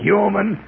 human